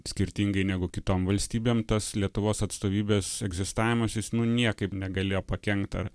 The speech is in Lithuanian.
skirtingai negu kitom valstybėm tas lietuvos atstovybės egzistavimas jis nu niekaip negalėjo pakenkt ar